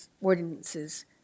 ordinances